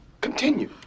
continue